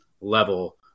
level